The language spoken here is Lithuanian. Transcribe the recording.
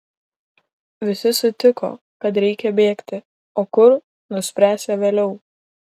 visi sutiko kad reikia bėgti o kur nuspręsią vėliau